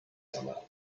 summer